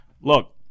look